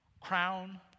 crown